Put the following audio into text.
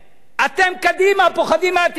אתם קדימה, פוחדים מהתקשורת.